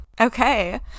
Okay